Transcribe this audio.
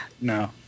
No